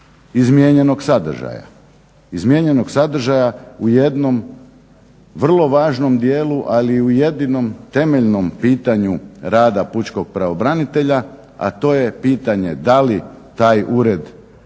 izmijenjenog sadržaja, izmijenjenog sadržaja u jednom vrlo važnom dijelu, ali i u jedinom temeljnom pitanju rada pučkog pravobranitelja. A to je pitanje da li taj ured može